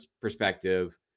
perspective